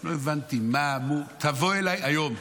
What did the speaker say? לא הבנתי מה, מו, תבוא אליי היום.